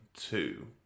two